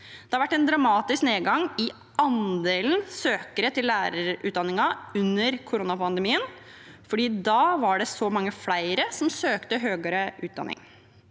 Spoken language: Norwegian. Det har vært en dramatisk nedgang i andelen søkere til lærerutdanningen under koronapandemien, for da var det så mange flere som søkte høyere utdanning.